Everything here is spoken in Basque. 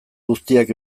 guztiak